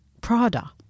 Prada